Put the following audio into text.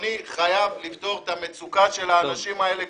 אדוני חייב לפתור את המצוקה של האנשים האלה.